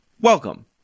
welcome